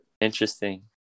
Interesting